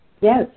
Yes